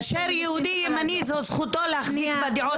כאשר יהודי ימני זו זכותו להחזיק בדעות,